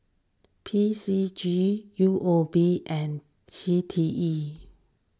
P C G U O B and C T E